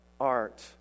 art